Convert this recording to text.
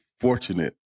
fortunate